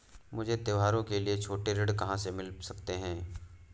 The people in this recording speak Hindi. मुझे त्योहारों के लिए छोटे ऋण कहाँ से मिल सकते हैं?